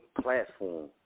platform